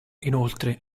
inoltre